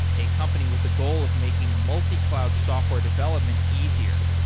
a company with the goal of making multi-cloud software development easier.